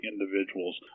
individuals